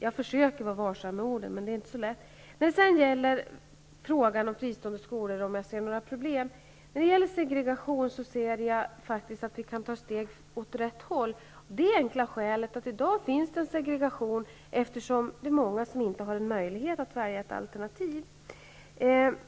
Jag försöker vara varsam med orden, men det är inte så lätt. Om jag ser några problem med fristånede skolor? Beträffande segregation kan vi faktiskt nu ta ett steg åt rätt håll, av det skälet att det i dag finns en segregation, eftersom många inte har möjlighet att välja bland alternativ.